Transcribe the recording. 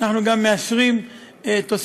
שלהם וגם של המשפחות שלהם.